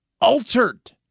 Altered